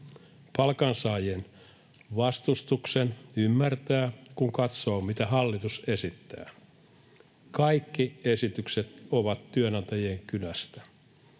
Palkansaajien vastustuksen ymmärtää, kun katsoo, mitä hallitus esittää. Kaikki esitykset ovat työnantajien kynästä.